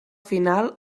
final